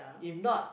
if not